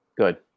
good